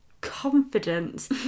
confidence